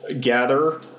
gather